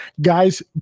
guys